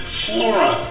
flora